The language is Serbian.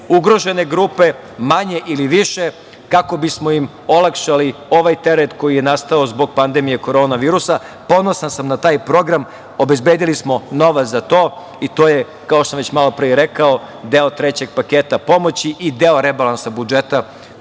ugrožene grupe manje ili više kako bismo im olakšali ovaj teret koji je nastao zbog pandemije korona virusa. Ponosan sam na taj program, obezbedili smo novac za to i to je, kao što sam već malopre i rekao, deo trećeg paketa pomoći i deo rebalansa budžeta koji